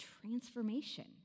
transformation